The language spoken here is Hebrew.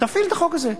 תפעיל את החוק הזה.